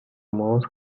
most